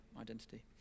identity